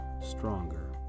stronger